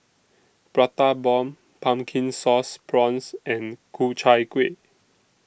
Prata Bomb Pumpkin Sauce Prawns and Ku Chai Kuih